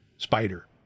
Spider